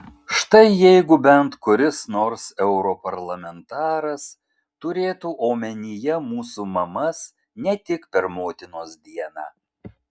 štai jeigu bent kuris nors europarlamentaras turėtų omenyje mūsų mamas ne tik per motinos dieną